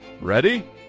Ready